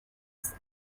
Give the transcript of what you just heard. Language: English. his